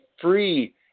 free